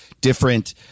different